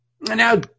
Now